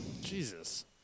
Jesus